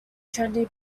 trendy